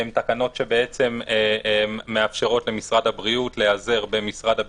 הן תקנות שמאפשרות למשרד הבריאות להיעזר במשרד הביטחון,